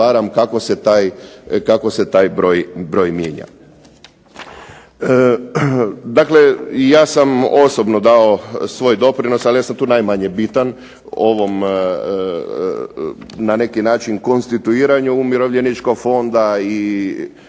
kako se taj broj mijenja.